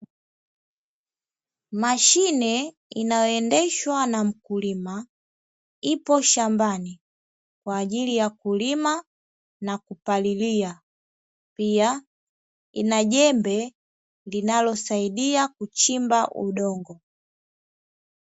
Mashine inayoendeshwa na mkulima, ipo shambani kwa ajili ya kulima na kupalilia, pia ina jembe linalosaidia kuchimba udongo.